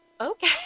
okay